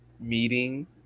meeting